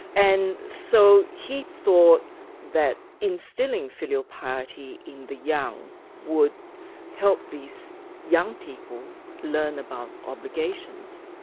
and so he thought that instilling filial piety in the young would help these young people learn about obligations,